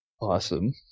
Awesome